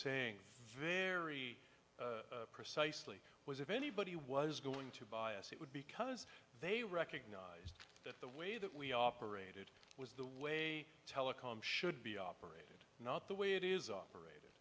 saying very precisely was if anybody was going to bias it would because they recognized that the way that we operated was the way telecom should be operated not the way it is operate